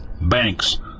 Banks